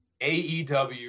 AEW